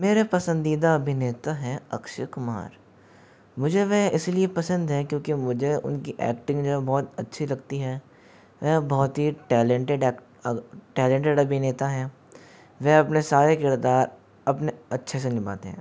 मेरे पसंदीदा अभिनेता है अक्षय कुमार मुझे वह इसीलिए पसंद हैं क्योंकि मुझे उनकी एक्टिंग जो है बहुत अच्छी लगती है वह बहुत ही टैलेंटेड टैलेंटेड अभिनेता हैं वह अपने सारे किरदार अपने अच्छे से निभाते हैं